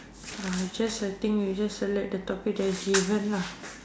uh just I think you just select the topic that is given lah